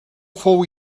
fou